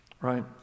right